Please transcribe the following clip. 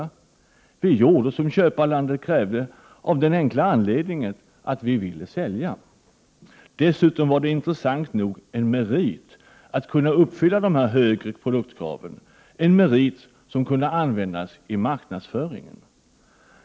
Vi inom industrin gjorde vad köparlandet krävde, av den enkla anledningen att vi ville sälja. Dessutom var det intressant nog en merit att kunna uppfylla dessa högre produktkrav. Det var en merit som kunde användas i marknadsföringen.